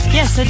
Yes